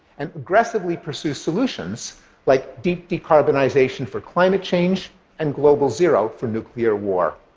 and aggressively pursue solutions like deep decarbonization for climate change and global zero for nuclear war.